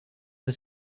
her